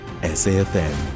SAFM